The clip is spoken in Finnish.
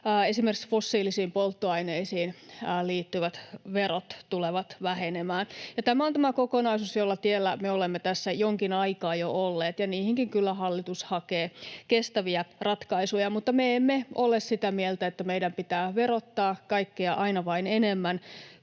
esimerkiksi fossiilisiin polttoaineisiin liittyvät verot tulevat vähenemään. [Krista Mikkosen välihuuto] Tämä on tämä kokonaisuus, jonka tiellä me olemme tässä jonkin aikaa jo olleet. Niihinkin kyllä hallitus hakee kestäviä ratkaisuja, mutta me emme ole sitä mieltä, että meidän pitää verottaa kaikkea aina vain enemmän,